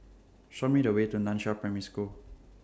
Show Me The Way to NAN Chiau Primary School